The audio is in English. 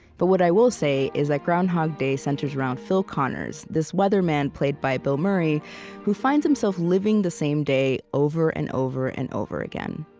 but what i will say is that groundhog day centers around phil connors this weatherman played by bill murray who finds himself living the same day over and over and over again